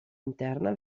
interna